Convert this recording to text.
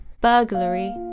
burglary